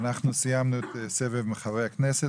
אנחנו סיימנו את סבב חברי הכנסת,